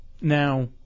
Now